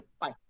Bye